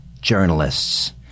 journalists